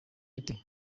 bite